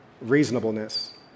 reasonableness